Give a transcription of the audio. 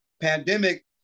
Pandemic